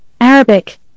Arabic